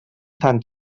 tan